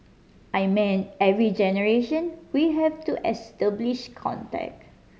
I mean every generation we have to establish contact